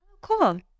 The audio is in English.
Cool